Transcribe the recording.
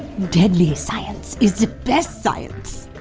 deadly science, is the best science!